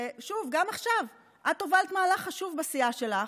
ושוב, גם עכשיו, את הובלת מהלך חשוב בסיעה שלך,